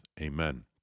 Amen